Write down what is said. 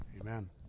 amen